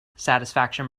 satisfaction